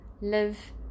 Live